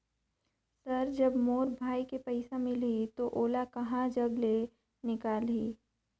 Sir जब मोर भाई के पइसा मिलही तो ओला कहा जग ले निकालिही?